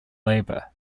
labour